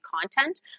content